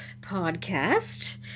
podcast